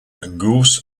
gauss